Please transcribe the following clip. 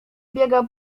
biega